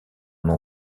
nom